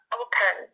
open